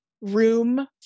room